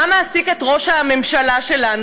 מה מעסיק את ראש הממשלה שלנו,